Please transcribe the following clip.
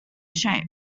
shape